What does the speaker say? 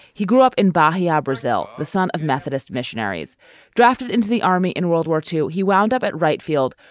he grew up in bahia, brazil. the son of methodist missionaries drafted into the army in world war two. he wound up at wright field,